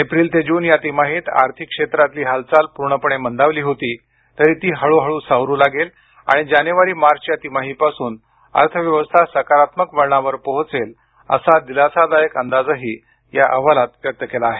April ते June या तिमाहीत अर्थिक क्षेत्रातली हालचाल पूर्णपणे मंदावली होती तरी ती हळहळू सावरू लागेल आणि जानेवारी मार्च या तिमाहीपासून अर्थव्यवस्था सकारात्मक वळणावर पोहोचेल असा दिलासादायक अंदाजही अहवालात व्यक्त केला आहे